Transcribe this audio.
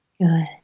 Good